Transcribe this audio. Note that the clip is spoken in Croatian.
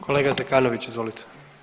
Kolega Zekanović izvolite.